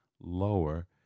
lower